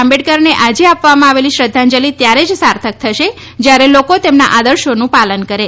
આંબેડકરને આજે આપવામાં આવેલી શ્રદ્ધાંજલી ત્યારે જ સાર્થક થશે જ્યારે લોકો તેમના આદર્શોનું પાલન કરે